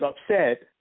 upset